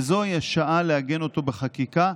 וזוהי השעה לעגן אותו בחקיקה.